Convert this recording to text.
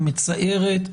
היא מצערת,